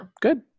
Good